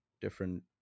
different